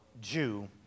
Jew